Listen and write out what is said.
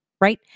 right